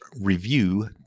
review